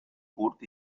curt